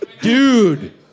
Dude